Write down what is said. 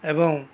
ଏବଂ